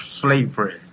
slavery